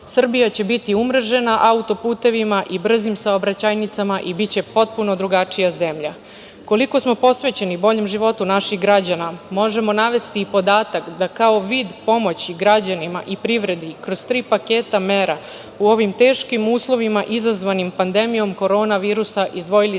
Srbija će biti umrežena autoputevima i brzim saobraćajnicama i biće potpuno drugačija zemlja. Koliko smo posvećeni boljem životu naših građana možemo navesti i podatak da kao vid pomoći građanima i privredi kroz tri paketa mera u ovim teškim uslovima izazvanim pandemijom koronavirusa izdvojili smo